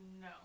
No